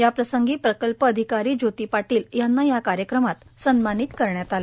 याप्रसंगी प्रकल्पाधिकारी ज्योती पाटील यांना या कार्यक्रमात सन्मानित करण्यात आलं